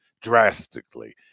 drastically